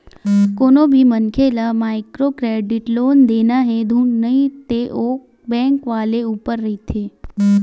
कोनो भी मनखे ल माइक्रो क्रेडिट लोन देना हे धुन नइ ते ओ बेंक वाले ऊपर रहिथे